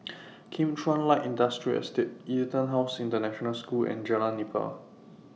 Kim Chuan Light Industrial Estate Etonhouse International School and Jalan Nipah